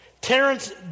Terrence